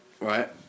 right